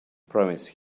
promise